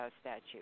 statute